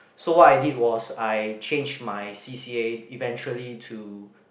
so what I did was I change my C_C_A eventually to